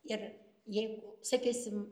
ir jeigu sakysim